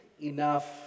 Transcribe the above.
enough